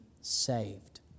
saved